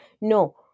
No